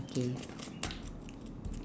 okay